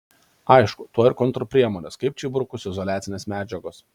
aišku tuoj ir kontrpriemonės kaip čia įbrukus izoliacinės medžiagos